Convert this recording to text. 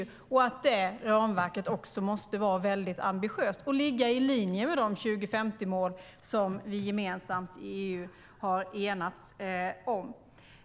Vi har också framfört att det ramverket måste vara väldigt ambitiöst och ligga i linje med de 2050-mål som vi har enats om gemensamt i EU.